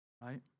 Right